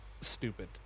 stupid